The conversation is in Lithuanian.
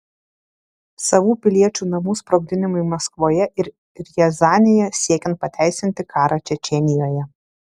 savų piliečių namų sprogdinimai maskvoje ir riazanėje siekiant pateisinti karą čečėnijoje